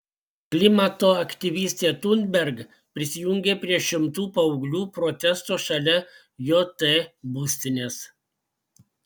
klimato aktyvistė thunberg prisijungė prie šimtų paauglių protesto šalia jt būstinės